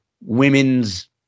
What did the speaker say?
women's